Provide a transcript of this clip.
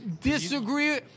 disagree